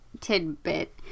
tidbit